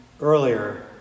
earlier